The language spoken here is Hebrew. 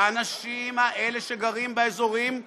והאנשים האלה, שגרים באזורים הדפוקים,